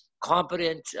competent